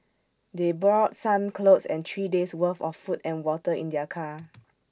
they brought some clothes and three days' worth of food and water in their car